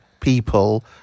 people